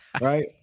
Right